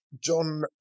John